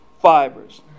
fibers